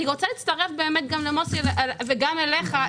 אני מצטרפת למוסי וגם אליך,